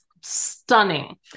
stunning